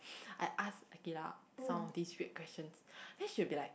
I ask Aqilah some of these weird questions then she'll be like